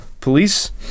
police